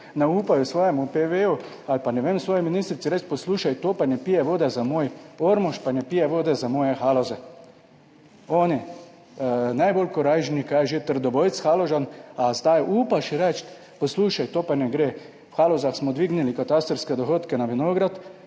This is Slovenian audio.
nerazumljivo/ ali pa, ne vem, svoji ministrici reči, poslušaj, to pa ne pije vode za moj Ormož, pa ne pije vode za moje Haloze. Oni najbolj korajžni - kaj je že? -/ nerazumljivo/ ali zdaj upaš reči, poslušaj, to pa ne gre, v Halozah smo dvignili katastrske dohodke na vinograd,